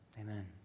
Amen